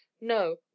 no